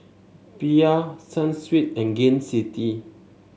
Bia Sunsweet and Gain City